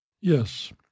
Yes